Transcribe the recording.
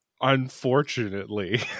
unfortunately